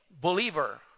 believer